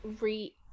re